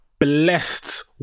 blessed